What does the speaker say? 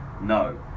No